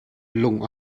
lung